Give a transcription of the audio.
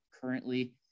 currently